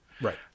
right